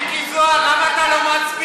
מיקי זוהר, למה אתה לא מצביע?